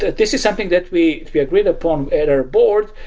this is something that we we agreed upon at our board,